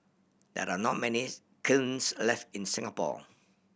there are not many kilns left in Singapore